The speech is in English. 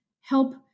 help